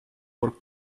work